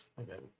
Okay